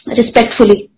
respectfully